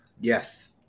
Yes